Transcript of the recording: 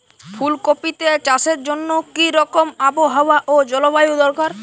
ফুল কপিতে চাষের জন্য কি রকম আবহাওয়া ও জলবায়ু দরকার?